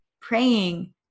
praying